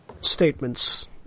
statements